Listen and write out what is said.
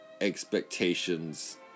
expectations